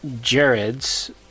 Jared's